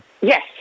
Yes